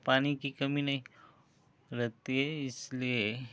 पानी की कमी नहीं पड़ती है इसलिए